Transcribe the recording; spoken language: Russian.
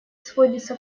сводится